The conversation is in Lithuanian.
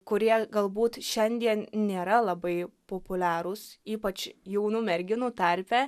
kurie galbūt šiandien nėra labai populiarūs ypač jaunų merginų tarpe